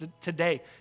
today